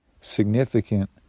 significant